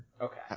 Okay